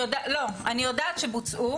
אני יודעת שבוצעו.